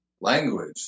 Language